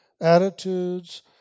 attitudes